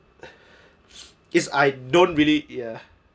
is I don't really ya